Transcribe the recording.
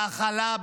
בהכלה,